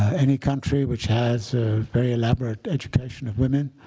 any country which has a very elaborate education of women